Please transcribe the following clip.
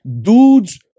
dudes